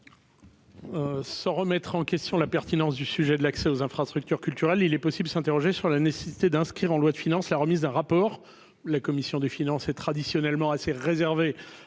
Sans remettre en question la pertinence du sujet de l'accès aux infrastructures culturelles, il est possible, s'interroger sur la nécessité d'inscrire en loi de finances la remise d'un rapport, la commission des finances est traditionnellement assez réservé